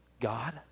God